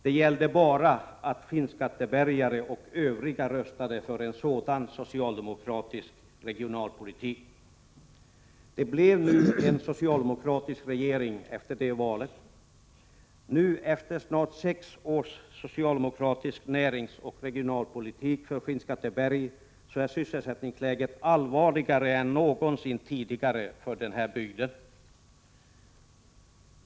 Det gällde bara för skinnskattebergare och övriga att rösta för en socialdemokratisk regionalpolitik. Det blev socialdemokratisk regering efter det valet. Men nu, efter snart sex år med socialdemokratisk näringsoch regionalpolitik, är sysselsättningsläget i Skinnskatteberg allvarligare än vad som någonsin tidigare har varit fallet i den bygden.